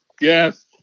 yes